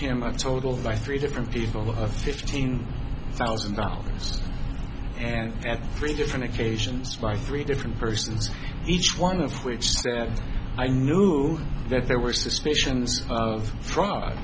him a total by three different people of a fifteen thousand dollars and at three different occasions by three different persons each one of which i knew that there were suspicions of fr